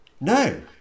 No